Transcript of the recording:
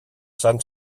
sant